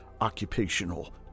occupational